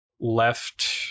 left